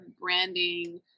branding